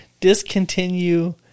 discontinue